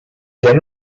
then